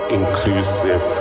inclusive